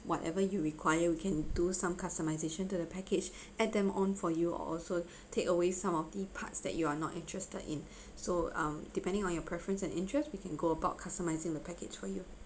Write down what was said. whatever you require we can do some customization to the package add them on for you or also take away some of the parts that you are not interested in so um depending on your preference and interest we can go about customizing the package for you